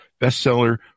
bestseller